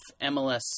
MLS